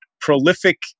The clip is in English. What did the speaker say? prolific